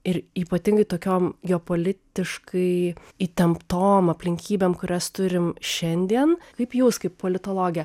ir ypatingai tokiom geopolitiškai įtemptom aplinkybėm kurias turim šiandien kaip jūs kaip politologė